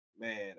man